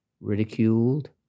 ridiculed